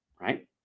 right